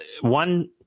one